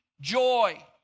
joy